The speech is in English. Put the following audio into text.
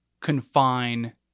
confine